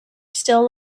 still